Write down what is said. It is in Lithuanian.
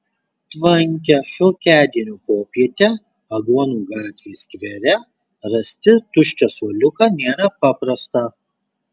tvankią šiokiadienio popietę aguonų gatvės skvere rasti tuščią suoliuką nėra paprasta